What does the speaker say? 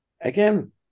again